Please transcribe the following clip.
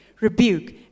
rebuke